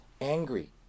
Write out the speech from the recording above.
angry